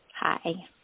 Hi